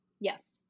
Yes